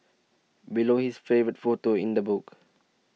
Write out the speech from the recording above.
below is her favourite photo in the book